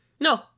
No